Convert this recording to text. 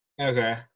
Okay